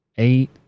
Eight